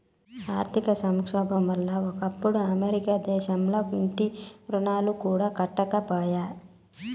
ఆర్థిక సంక్షోబం వల్ల ఒకప్పుడు అమెరికా దేశంల ఇంటి రుణాలు కూడా కట్టకపాయే